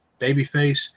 babyface